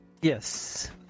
yes